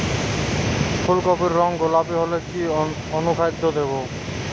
ফুল কপির রং গোলাপী হলে কি অনুখাদ্য দেবো?